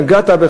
נגעת בה,